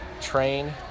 train